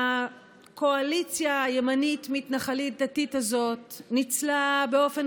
הקואליציה הימנית-מתנחלית-דתית הזאת ניצלה באופן